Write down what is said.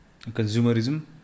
Consumerism